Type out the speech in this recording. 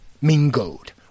mingled